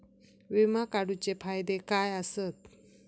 विमा काढूचे फायदे काय आसत?